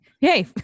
hey